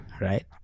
right